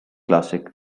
classic